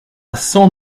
cent